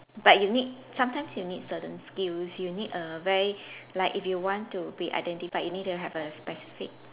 but you need sometimes you need a certain skills you need a very like if you want to be identified you need to have a specific